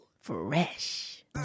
fresh